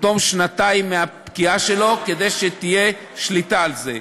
בתום שנתיים מהפקיעה שלו, כדי שתהיה שליטה על זה.